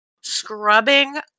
scrubbing